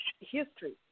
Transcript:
history